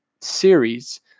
series